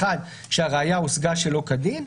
אחד, שהראיה הושגה שלא כדין.